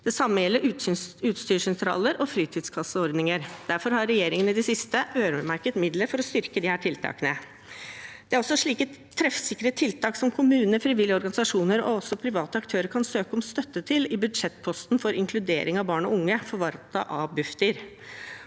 Det samme gjelder utstyrssentraler og fritidskasseordninger. Derfor har regjeringen i det siste øremerket midler for å styrke disse tiltakene. Det er også slike treffsikre tiltak som kommuner, frivillige organisasjoner og også private aktører kan søke om støtte til i budsjettposten for inkludering av barn og unge forvaltet av Bufdir.